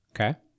Okay